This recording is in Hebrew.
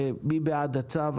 מי בעד הצו?